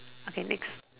okay next